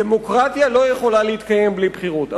דמוקרטיה לא יכולה להתקיים בלי בחירות.